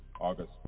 August